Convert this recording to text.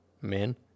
men